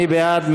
מי בעד?